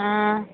ꯑꯥ